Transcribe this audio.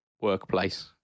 workplace